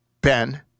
Ben